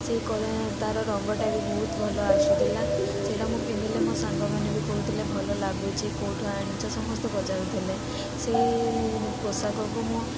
ସେଇ କଳା ତାର ରଙ୍ଗଟା ବି ବହୁତ ଭଲ ଆସୁଥିଲା ସେଇଟା ମୁଁ ପିନ୍ଧିଲେ ମୋ ସାଙ୍ଗମାନେ ବି କହୁଥିଲେ ଭଲ ଲାଗୁଛି କେଉଁଠୁ ଆଣିଛ ସମସ୍ତେ ପଚାରୁଥିଲେ ସେହି ପୋଷାକକୁ ମୁଁ